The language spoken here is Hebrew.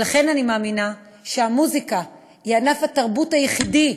ולכן, אני מאמינה שהמוזיקה היא ענף התרבות היחידי